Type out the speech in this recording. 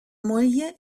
moglie